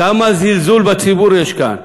כמה זלזול בציבור יש כאן,